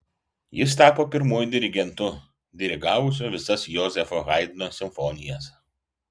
jis tapo pirmuoju dirigentu dirigavusiu visas jozefo haidno simfonijas